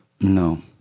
No